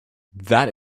that